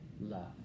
love